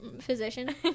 physician